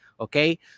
Okay